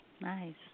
Nice